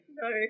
no